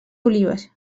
olives